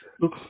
look